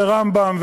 לרמב"ם,